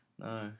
No